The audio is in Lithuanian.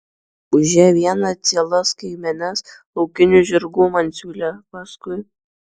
už ją vieną cielas kaimenes laukinių žirgų man siūlė paskui